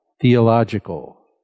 theological